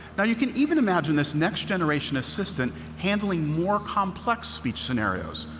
now you can even imagine this next generation assistant handling more complex speech scenarios,